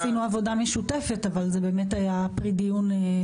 עשינו עבודה משותפת אבל זה באמת היה פרי מדיניות.